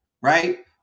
right